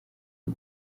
uru